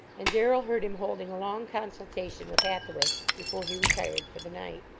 and darrell heard him holding a long consultation with hathaway before he retired for the night.